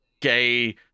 gay